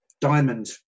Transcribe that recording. diamond